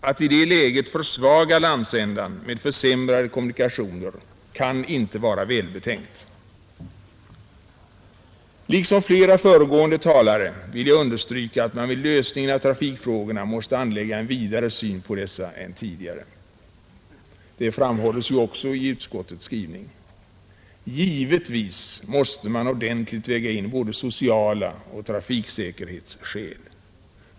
Att i det läget försvaga landsändan med försämrade kommunikationer kan inte vara välbetänkt. Liksom flera föregående talare vill jag understryka att man vid lösningen av trafikfrrgorna måste anlägga en vidare syn på dessa än tidigare, Det framhålles ju också i utskottets skrivning. Givetvis måste 7n man ordentligt väga in både sociala skäl och trafiksäkerhetsskäl.